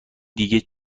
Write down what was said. دیگه